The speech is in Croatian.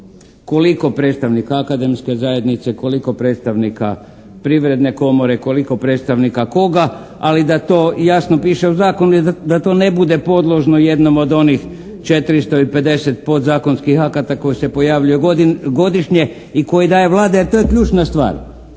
Koliko predstavnika akademske zajednice, koliko predstavnika Privredne komore, koliko predstavnika koga, ali da to jasno piše u zakonu i da to ne bude podložno jednom od onih 450 podzakonskih akata koji se pojavljuju godišnje i koje daju Vlada, jer to je ključna stvar.